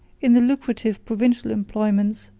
in the lucrative provincial employments,